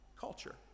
culture